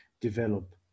develop